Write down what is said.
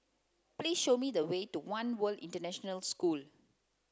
please show me the way to One World International School